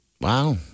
Wow